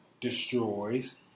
destroys